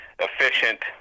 efficient